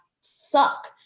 suck